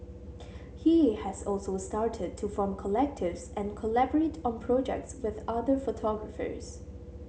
he has also started to form collectives and collaborate on projects with other photographers